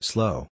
Slow